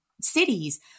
cities